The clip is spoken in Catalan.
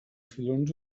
filons